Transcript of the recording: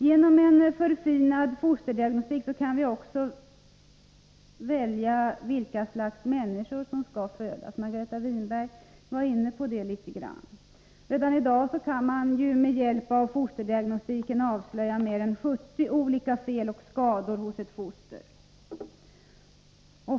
Genom en förfinad fosterdiagnostik kan vi också välja vilka slags människor som skall födas. Margareta Winberg var inne på det litet grand. Redan i dag kan man med hjälp av fosterdiagnostiken avslöja mer än 70 olika fel och skador hos ett foster.